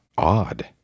odd